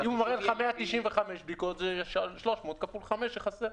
אם מראה לך 195 בדיקות, זה 300 כפול 5 שחסר.